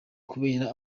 kubera